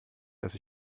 dass